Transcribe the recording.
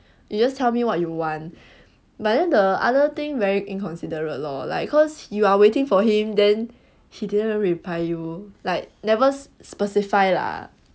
you just tell me what you want but then the other thing very inconsiderate lor like cause you are waiting for him then he didn't even reply you like never specify lah